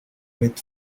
with